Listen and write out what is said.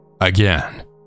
Again